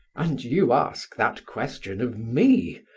and you ask that question of me!